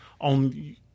on